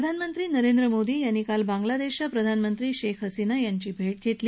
प्रधानमंत्री नरेंद्र मोदी यांनी काल बांगलादेशच्या प्रधानमंत्री शेख हसीना यांची भेट घेतली